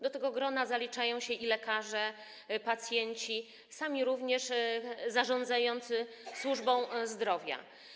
Do tego grona zaliczają się i lekarze, i pacjenci, i również sami zarządzający służbą zdrowia.